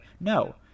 no